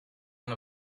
one